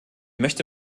möchte